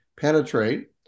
penetrate